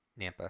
Nampa